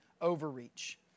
overreach